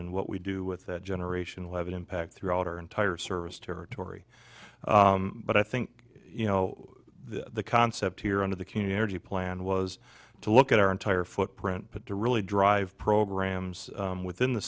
and what we do with that generation eleven impact throughout our entire service territory but i think you know the concept here on the community energy plan was to look at our entire footprint but to really drive programs within the